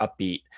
upbeat